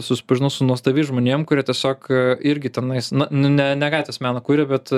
susipažinau su nuostabiais žmonėms kurie tiesiog irgi tenais na ne ne gatvės meną kuria bet